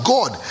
God